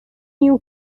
you